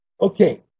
Okay